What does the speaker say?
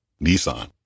Nissan